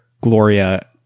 Gloria